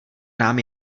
nám